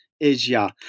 Asia